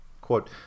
quote